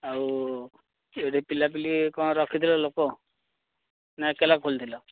ଆଉ ଏଠି ପିଲାପିଲି କଣ ରଖିଥିଲେ ଲୋକ ନା ଏକେଲା ଖୋଲିଥିଲ